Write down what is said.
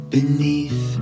Beneath